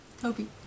Toby